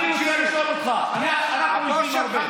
אני רוצה לשאול אותך: אנחנו יושבים הרבה,